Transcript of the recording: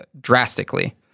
drastically